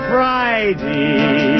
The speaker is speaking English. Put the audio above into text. Friday